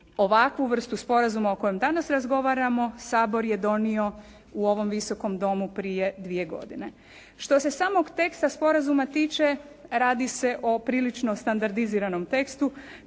Ovakvu vrstu sporazuma o kojoj danas razgovaramo Sabor je donio u ovom Visokom domu prije dvije godine. Što se samog teksta sporazuma tiče radi se o prilično standardiziranom tekstu